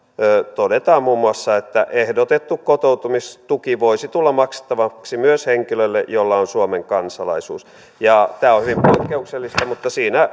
todetaan muun muassa että ehdotettu kotoutumistuki voisi tulla maksettavaksi myös henkilölle jolla on suomen kansalaisuus tämä on hyvin poikkeuksellista mutta siinä